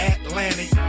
Atlantic